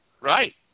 Right